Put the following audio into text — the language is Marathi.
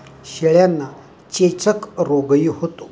शेळ्यांना चेचक रोगही होतो